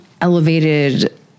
elevated